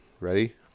ready